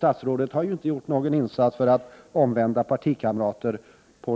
Statsrådet har inte heller gjort någon insats för att omvända partikamraterna.